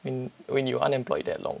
mean when you're unemployed that long